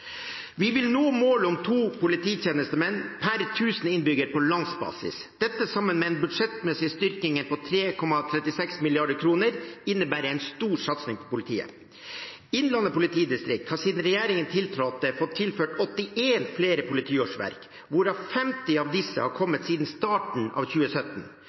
polititjenestemenn per 1 000 innbyggere på landsbasis. Dette sammen med en budsjettmessig styrking på 3,36 mrd. kr innebærer en stor satsing på politiet. Innlandet politidistrikt har siden regjeringen tiltrådte fått tilført 81 flere politiårsverk, hvorav 50 har kommet siden starten av 2017.